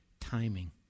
timing